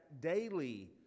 daily